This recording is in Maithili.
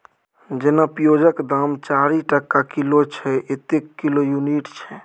जेना पिओजक दाम चारि टका किलो छै एतय किलो युनिट छै